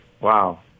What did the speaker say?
wow